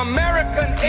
American